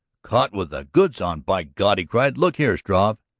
caught with the goods on, by god! he cried. look here, struve!